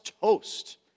toast